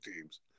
teams